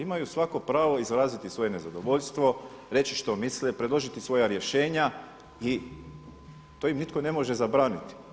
Imaju svako pravo izraziti svoje nezadovoljstvo, reći što misle, predložiti svoja rješenja i to im nitko ne može zabraniti.